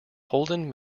holden